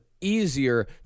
easier